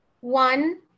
One